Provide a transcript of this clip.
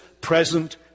present